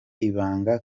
ibanga